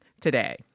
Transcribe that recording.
today